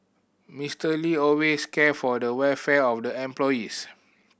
Mister Lee always cared for the welfare of the employees